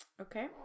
Okay